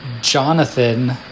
Jonathan